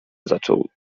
zaczął